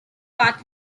part